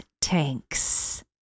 tanks